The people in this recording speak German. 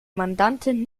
mandantin